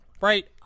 right